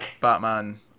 Batman